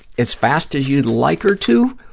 as fast as you'd like her to,